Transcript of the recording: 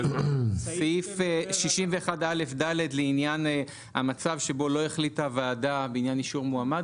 בסעיף 61 (א) לעניין המצב שבו לא החליטה ועדה בעניין אישור מועמד